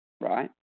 right